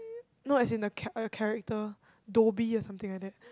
no as in the cha~ character Dobby or something like that